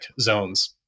zones